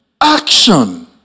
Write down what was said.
ACTION